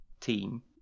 team